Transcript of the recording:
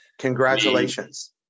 Congratulations